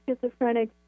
schizophrenic